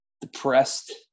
depressed